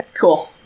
cool